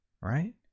right